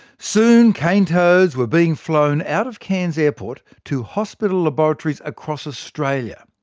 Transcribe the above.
soon cane toads were being flown out of cairns airport to hospital laboratories across australia.